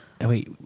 Wait